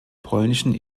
polnischen